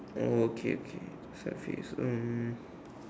oh okay okay fat face um